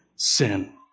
sin